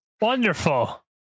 wonderful